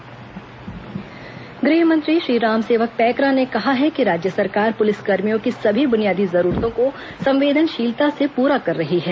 गृहमंत्री पुलिसकर्मी सुविधा गृह मंत्री श्री रामसेवक पैकरा ने कहा है कि राज्य सरकार पुलिस कर्मियों की सभी बुनियादी जरूरतों को संवेदनशीलता से पूरा कर रही है